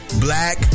black